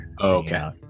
okay